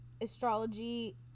astrology